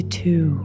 two